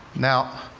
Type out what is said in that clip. now,